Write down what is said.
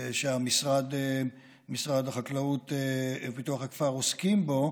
שמשרד החקלאות ופיתוח הכפר עוסקים בו,